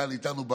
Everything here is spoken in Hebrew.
כאן איתנו,